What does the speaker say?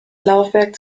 laufwerk